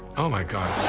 oh, my god.